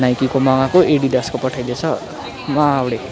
नाइकीको मगाएको एडिडासको पठाइदिएछ महा हाउडे